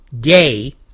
gay